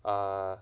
err